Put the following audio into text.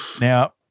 Now